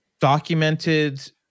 documented